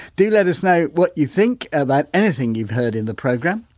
do let us know what you think about anything you've heard in the programme.